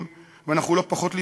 ולא פחות יהודים,